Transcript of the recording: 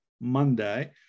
monday